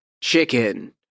Chicken